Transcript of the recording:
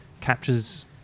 captures